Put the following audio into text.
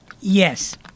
Yes